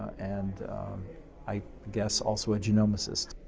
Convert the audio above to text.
and i guess also a genomicist.